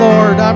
Lord